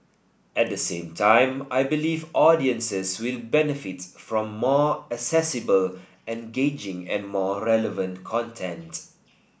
at the same time I believe audiences will benefit from more accessible engaging and more relevant content